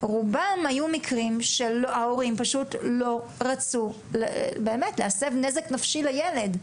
רובם היו מקרים שההורים פשוט לא רצו להסב נזק נפשי לילד.